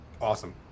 Awesome